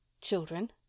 children